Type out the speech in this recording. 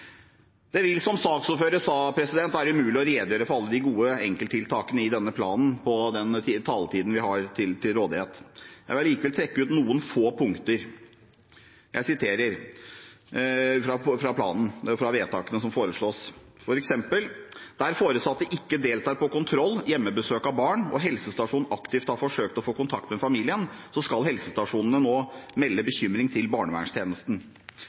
Det vil, som saksordføreren sa, være umulig å redegjøre for alle de gode enkelttiltakene i denne planen innenfor den taletiden vi har til rådighet. Jeg vil likevel trekke ut noen få punkter fra vedtakene som foreslås: der foresatte ikke deltar på kontroll/hjemmebesøk av barn, og der helsestasjonen aktivt har forsøkt å få kontakt med familien, skal helsestasjonene nå melde bekymring til